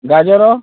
ଗାଜର